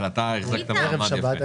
אבל אתה החזקת מעמד יפה.